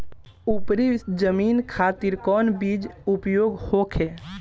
उपरी जमीन खातिर कौन बीज उपयोग होखे?